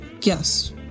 yes